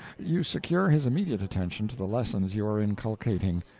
you secure his immediate attention to the lessons you are inculcating,